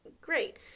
great